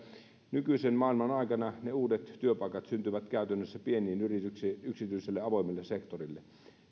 nykyisen maailman aikana ne uudet työpaikat syntyvät käytännössä pieniin yrityksiin yksityiselle avoimelle sektorille